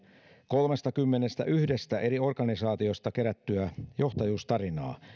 kolmestakymmenestäyhdestä eri organisaatiosta kerätystä johtajuustarinasta